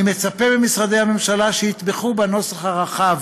אני מצפה ממשרדי הממשלה שיתמכו בנוסח הרחב,